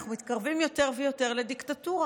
אנחנו מתקרבים יותר ויותר לדיקטטורה,